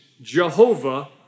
Jehovah